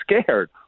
scared